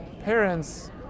parents